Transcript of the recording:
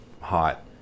hot